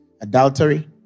adultery